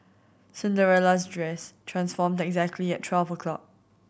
Cinderella's dress transformed exactly at twelve o'clock